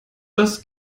das